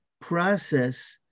process